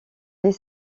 les